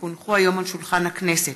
כי הונחו היום על שולחן הכנסת,